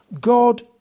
God